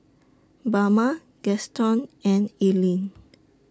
Bama Gaston and Eleni